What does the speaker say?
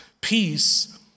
Peace